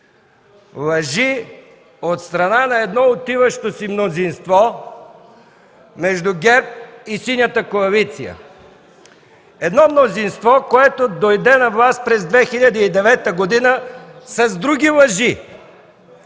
лъжи от страна на едно отиващо си мнозинство между ГЕРБ и Синята коалиция, мнозинство, което дойде на власт през 2009 г. с други лъжи